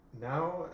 now